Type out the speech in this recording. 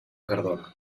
cardona